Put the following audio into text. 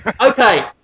Okay